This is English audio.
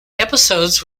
episodes